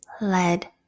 lead